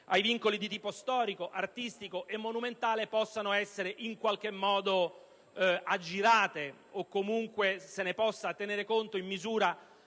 o di tipo storico, artistico e monumentale) possano essere aggirate o comunque se ne possa tener conto in misura